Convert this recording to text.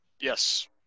Yes